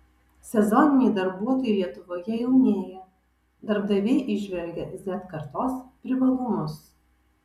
sezoniniai darbuotojai lietuvoje jaunėja darbdaviai įžvelgia z kartos privalumus